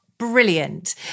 Brilliant